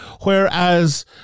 whereas